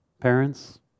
parents